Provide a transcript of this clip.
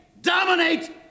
dominate